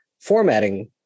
formatting